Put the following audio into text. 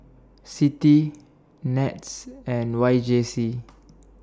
CITI Nets and Y J C